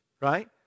right